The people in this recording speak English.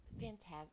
fantastic